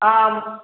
ആ